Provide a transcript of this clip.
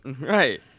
right